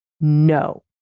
no